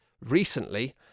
recently